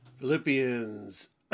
Philippians